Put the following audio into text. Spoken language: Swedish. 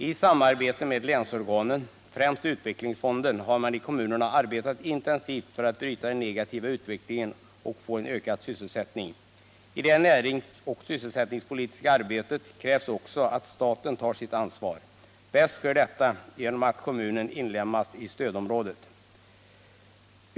; I samarbete med länsorganen, främst utvecklingsfonden, har man i kommunerna arbetat intensivt för att bryta den negativa utvecklingen och få en ökad sysselsättning. I det näringsoch sysselsättningspolitiska arbetet krävs att också staten tar sitt ansvar. Bäst sker detta genom att kommunerna inlemmas i stödområdet.